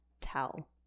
tell